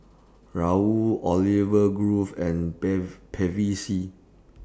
Raoul Olive Grove and Bevy C